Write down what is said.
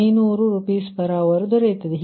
5500 Rshr ದೊರೆಯುತ್ತದೆ